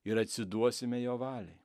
ir atsiduosime jo valiai